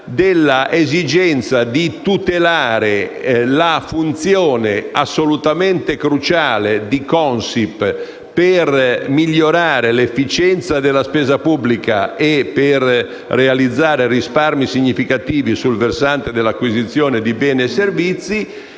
dell'esigenza di tutelare la funzione assolutamente cruciale di Consip per migliorare l'efficienza della spesa pubblica e per realizzare risparmi significativi sul versante dell'acquisizione di beni e servizi